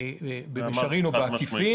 במישרין או בעקיפין.